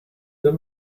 the